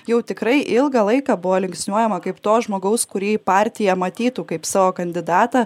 jau tikrai ilgą laiką buvo linksniuojama kaip to žmogaus kurį partija matytų kaip savo kandidatą